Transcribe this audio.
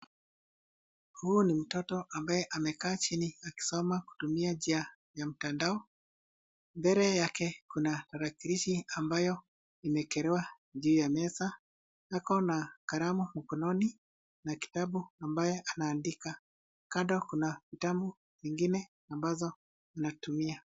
Huu ni mtoto ambaye amekaa chini akisoma kutumia njia ya mtandao, mbele yake kuna tarakilishi ambao imewekelewa juu ya meza, ako na kalamu mkononi na kitabu amabaye anaandika. Kando kuna vitabu vingine ambazo anatumia.